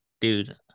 dude